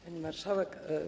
Pani Marszałek!